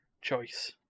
choice